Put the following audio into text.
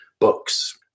books